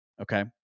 okay